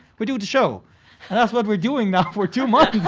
we do the show. and that's what we're doing now for two months.